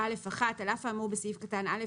"(א1)על אף האמור בסעיף קטן (א),